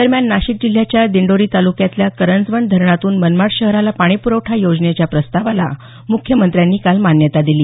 दरम्यान नाशिक जिल्ह्याच्या दिंडोरी तालुक्यातल्या करंजवण धरणातून मनमाड शहराला पाणी प्रवठा योजनेच्या प्रस्तावाला मुख्यमंत्र्यांनी काल मान्यता दिली